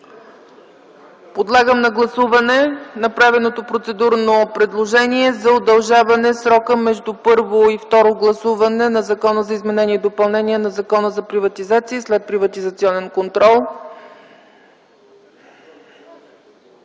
Подлагам на гласуване направеното процедурно предложение за удължаване срока между първо и второ четене на Законопроекта за изменение и допълнение на Закона за приватизация и следприватизационен контрол.